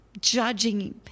judging